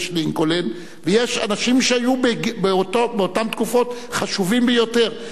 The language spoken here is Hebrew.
יש לינקולן ויש אנשים שהיו באותן תקופות חשובים ביותר,